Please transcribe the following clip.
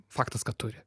faktas kad turi